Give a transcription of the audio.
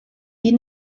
die